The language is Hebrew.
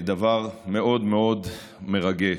דבר מאוד מאוד מרגש.